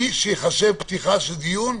שמת אותו ליד המיטה ואתה חושב שזה טרקטור אמיתי.